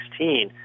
2016